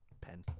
Pen